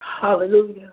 Hallelujah